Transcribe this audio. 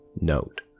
Note